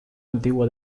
antigua